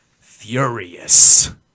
furious